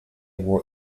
wore